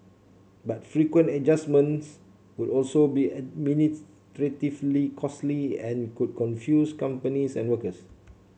but frequent adjustments would also be administratively costly and could confuse companies and workers